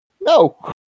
No